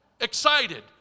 Excited